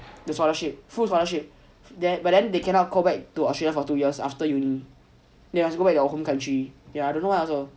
the scholarship full scholarship there but then they cannot go back to Australia for two years after uni they must go back to our home country there I don't know why also